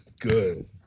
good